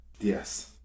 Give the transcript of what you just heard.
Yes